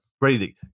ready